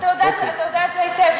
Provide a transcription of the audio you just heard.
אתה יודע את זה היטב,